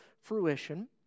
fruition